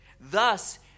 Thus